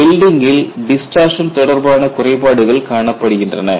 வெல்டிங்கில் distortion தொடர்பான குறைபாடுகள் காணப்படுகின்றன